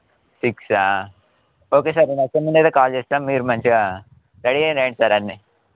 సిక్సా okay sir మేము అక్కడినుండి అయితే కాల్ చేస్తాం మీరు మంచిగా రెడీ అయి రండి సార్ అన్నీ